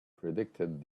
predicted